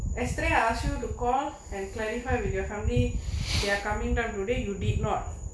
yesterday I asked to call and clarify with your family they are coming them today you did not